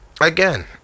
again